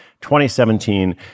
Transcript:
2017